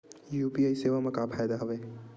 UPI सेवा मा का फ़ायदा हवे?